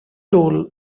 toll